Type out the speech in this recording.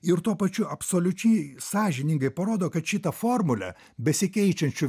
ir tuo pačiu absoliučiai sąžiningai parodo kad šitą formulę besikeičiančių